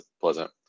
Pleasant